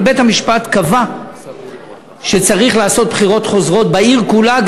אבל בית-המשפט קבע שצריך לעשות בחירות חוזרות בעיר כולה.